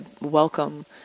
welcome